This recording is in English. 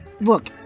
look